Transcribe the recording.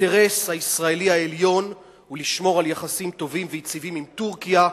האינטרס הישראלי העליון הוא לשמור על יחסים טובים ויציבים עם טורקיה,